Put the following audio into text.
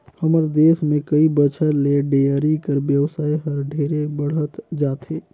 हमर देस में कई बच्छर ले डेयरी कर बेवसाय हर ढेरे बढ़हत जाथे